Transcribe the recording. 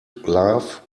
laugh